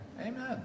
Amen